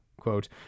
Quote